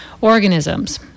organisms